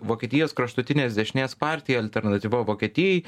vokietijos kraštutinės dešinės partija alternatyva vokietijai